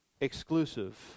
exclusive